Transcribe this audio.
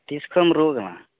ᱛᱤᱥ ᱠᱷᱚᱱ ᱮᱢ ᱨᱩᱣᱟᱹᱜ ᱠᱟᱱᱟ